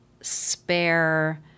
spare